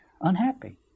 Unhappy